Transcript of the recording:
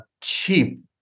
cheap